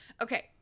Okay